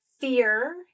fear